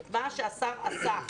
את מה שהשר עשה,